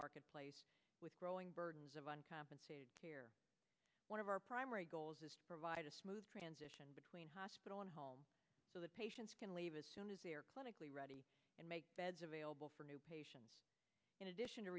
marketplace with growing burdens of uncompensated care one of our primary goals is to provide a smooth transition between hospital and home so that patients can leave as soon as they are clinically ready and make beds available for new patients in addition to